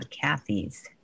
Kathy's